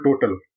total